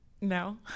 No